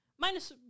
Minus